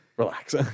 Relax